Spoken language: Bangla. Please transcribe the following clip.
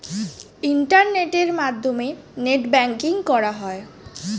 ইন্টারনেটের মাধ্যমে নেট ব্যাঙ্কিং করা হয়